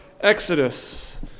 Exodus